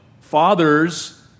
fathers